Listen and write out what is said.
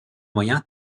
moyens